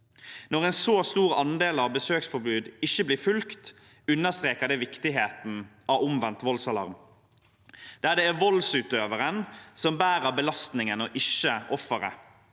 Når en så stor andel av besøksforbud ikke blir fulgt, understreker det viktigheten av omvendt voldsalarm, der det er voldsutøveren som bærer belastningen og ikke offeret.